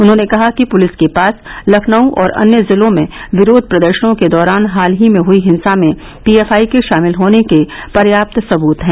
उन्होंने कहा कि पुलिस के पास लखनऊ और अन्य जिलों में विरोध प्रदर्शनों के दौरान हाल ही में हई हिंसा में पीएफआई के शामिल होने के पर्याप्त सबृत हैं